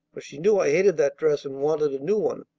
for she knew i hated that dress and wanted a new one.